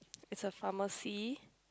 it's a pharmacy